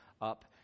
up